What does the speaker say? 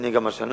הנה, גם השנה.